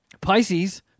pisces